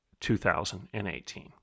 2018